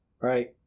Right